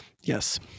Yes